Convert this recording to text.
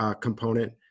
component